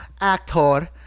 actor